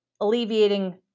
alleviating